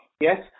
Yes